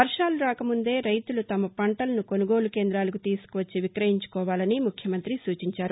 వర్షాలు రాకముందే రైతులు తమ పంటలను కొనుగోలు కేంద్రాలకు తీసుకొచ్చి విక్రయించుకోవాలని ముఖ్యమంతి సూచించారు